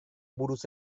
buruz